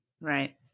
Right